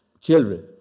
children